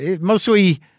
mostly